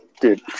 Dude